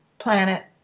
planet